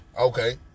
Okay